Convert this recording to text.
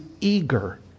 eager